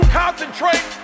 concentrate